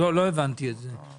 לא, לא הבנתי את זה,